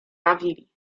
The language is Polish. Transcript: bawili